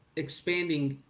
expanding.